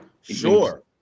Sure